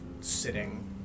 sitting